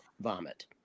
vomit